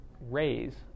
rays